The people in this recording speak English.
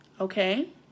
okay